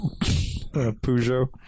Peugeot